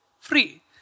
free